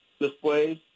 displays